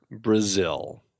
Brazil